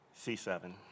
C7